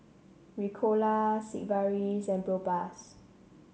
Ricola Sigvaris and Propass